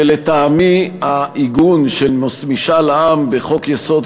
שלטעמי העיגון של משאל עם בחוק-יסוד,